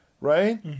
right